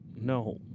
No